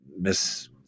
Miss